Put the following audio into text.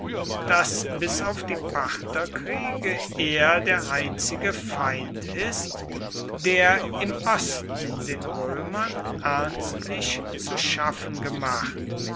daß bis auf die partherkriege er der einzige feind ist der im osten den römern ernstlich zu schaffen gemacht